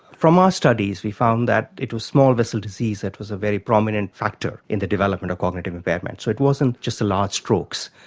from our studies we found that it was small-vessel disease that was a very prominent factor in the development of cognitive impairment, so it wasn't just the large strokes.